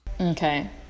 Okay